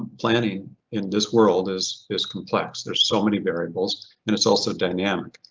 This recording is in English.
planning in this world is is complex. there's so many variables and it's also dynamic.